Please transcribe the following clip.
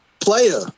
Player